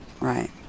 Right